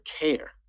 care